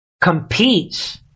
competes